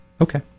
okay